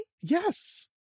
Yes